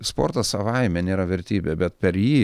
sportas savaime nėra vertybė bet per jį